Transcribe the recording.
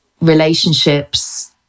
relationships